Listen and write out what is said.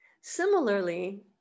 Similarly